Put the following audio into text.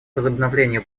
возобновлению